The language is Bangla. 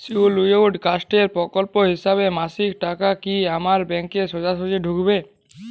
শিডিউলড কাস্ট প্রকল্পের হিসেবে মাসিক টাকা কি আমার ব্যাংকে সোজাসুজি ঢুকবে?